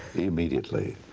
immediately.